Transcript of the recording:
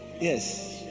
Yes